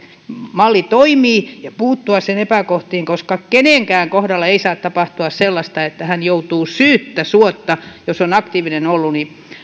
malli toimii ja puuttua sen epäkohtiin koska kenenkään kohdalla ei saa tapahtua sellaista että hän joutuu syyttä suotta jos on aktiivinen ollut